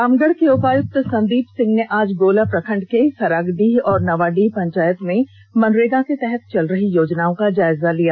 रामगढ़ के उपायुक्त संदीप सिंह ने आज गोला प्रखंड के सरागडीह एवं नावाडीह पंचायत में मनरेगा के तहत चल रही योजनाओं का जायजा लिया